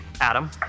Adam